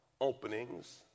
openings